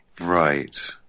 Right